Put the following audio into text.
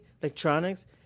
electronics